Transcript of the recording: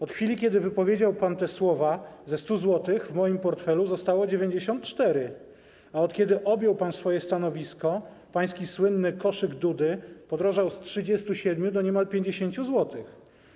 Od chwili, kiedy wypowiedział pan te słowa, ze 100 zł w moim portfelu zostało 94, a od kiedy objął pan swoje stanowisko, pański słynny koszyk Dudy podrożał z 37 do niemal 50 zł.